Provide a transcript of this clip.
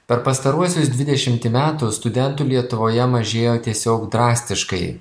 per pastaruosius dvidešimtį metų studentų lietuvoje mažėjo tiesiog drastiškai